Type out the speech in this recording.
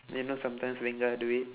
you know sometimes lingal do it